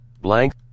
blank